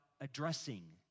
addressing